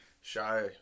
shy